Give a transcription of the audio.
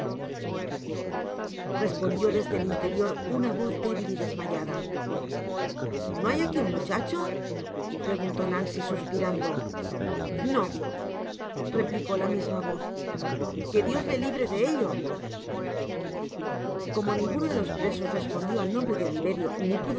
respondió desde el interior una voz débil y desmayada no hay aquiun muchacho preguntó ancy suspirando no replicó la misma voz que dios le libre de ello como ninguno de los presos respondió al nombre de oliverio